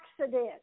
accident